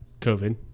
COVID